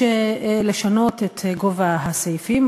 יש לשנות את גובה הסעיפים.